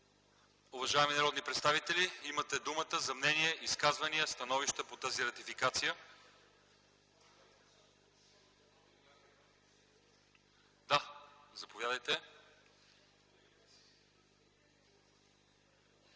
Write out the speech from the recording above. Уважаеми народни представители, имате думата за мнения, изказвания, становища по тази ратификация. Заповядайте,